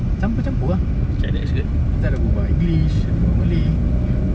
bercampur-campur ah kita ada berbual english ada berbual malay